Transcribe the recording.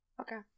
Okay